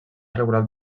regulat